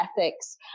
ethics